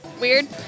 Weird